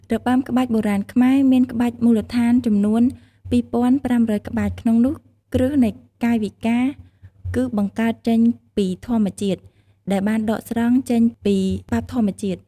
របាំក្បាច់បុរាណខ្មែរ មានក្បាច់មូលដ្ឋានចំនួន ៤៥០០ ក្បាច់ ក្នុងនោះគ្រឹះនៃកាយវិការ គឺបង្កើតចេញពីធម្មជាតិ ដែលបានដកស្រង់ចេញពីច្បាប់ធម្មជាតិ។